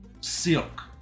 Silk